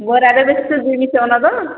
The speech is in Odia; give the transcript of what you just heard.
ବରାରେ ବେଶୀ ସୁଜି ମିଶଉନ ତ